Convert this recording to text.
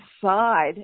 side